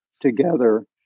together